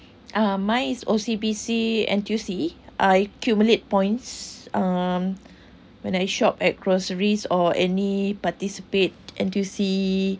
uh mine is O_C_B_C N_T_U_C I accumulate points um when I shop at groceries or any participate N_T_U_C